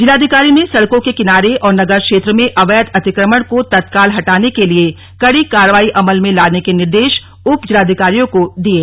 जिलाधिकारी ने सड़कों के किनारे और नगर क्षेत्र में अवैध अतिक्रमण को तत्काल हटाने के लिए कडी कार्रवाई अमल में लाने के निर्देश उप जिलाधिकारियों को दिये